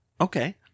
Okay